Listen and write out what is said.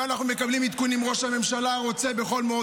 ואנחנו מקבלים עדכונים: ראש הממשלה רוצה בכל מאודו